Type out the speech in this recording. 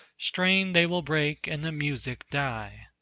strained they will break and the music die.